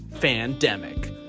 Pandemic